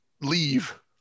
leave